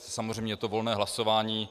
Samozřejmě je to volné hlasování.